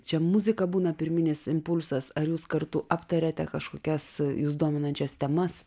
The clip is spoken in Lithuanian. čia muzika būna pirminis impulsas ar jūs kartu aptariate kažkokias jus dominančias temas